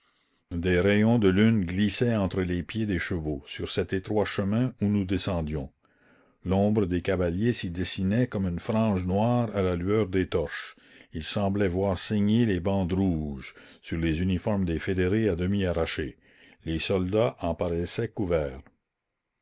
des rayons de lune glissaient entre les pieds des chevaux sur cet étroit chemin où nous descendions l'ombre des cavaliers s'y dessinait comme une frange noire à la lueur des torches il semblait voir saigner les bandes rouges sur les uniformes des fédérés à demi arrachés les soldats en paraissaient couverts